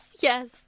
yes